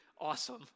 awesome